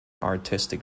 artistic